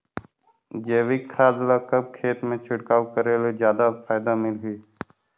जैविक खाद ल कब खेत मे छिड़काव करे ले जादा फायदा मिलही?